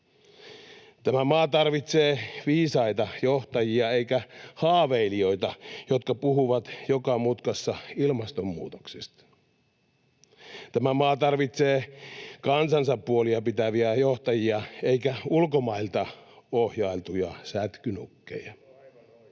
Tämä maa tarvitsee viisaita johtajia eikä haaveilijoita, jotka puhuvat joka mutkassa ilmastonmuutoksesta. Tämä maa tarvitsee kansansa puolia pitäviä johtajia eikä ulkomailta ohjailtuja sätkynukkeja.